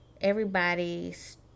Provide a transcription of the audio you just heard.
Everybody's